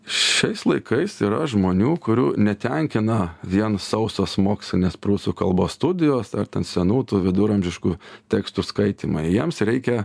šiais laikais yra žmonių kurių netenkina vien sausos mokslinės prūsų kalbos studijos ar ten senų tų viduramžiškų tekstų skaitymai jiems reikia